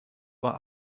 uhr